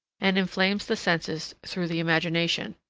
and inflames the senses through the imagination.